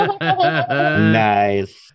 Nice